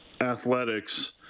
athletics